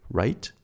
right